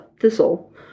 Thistle